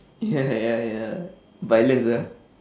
ya ya ya violence ah